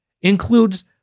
includes